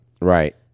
Right